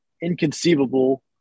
inconceivable